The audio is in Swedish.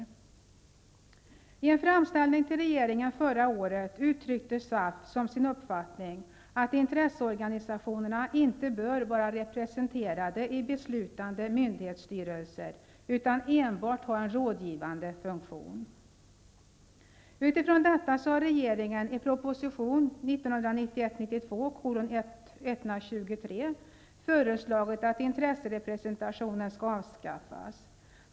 I en framställning till regeringen förra året uttryckte SAF som sin uppfattning, att intresseorganisationerna inte bör vara representerade i beslutande myndighetsstyrelser utan enbart ha en rådgivande funktion. Utifrån detta har regeringen i proposition 1991/92:123 föreslagit att intresserepresentationen skall avskaffas.